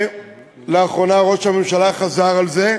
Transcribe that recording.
ולאחרונה ראש הממשלה חזר על זה,